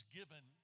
given